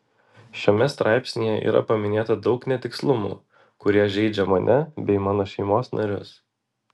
šiame straipsnyje yra paminėta daug netikslumų kurie žeidžia mane bei mano šeimos narius